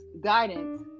guidance